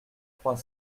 trois